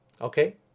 Okay